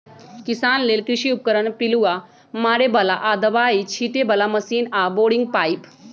किसान लेल कृषि उपकरण पिलुआ मारे बला आऽ दबाइ छिटे बला मशीन आऽ बोरिंग पाइप